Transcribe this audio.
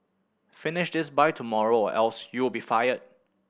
finish this by tomorrow or else you'll be fired